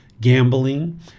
gambling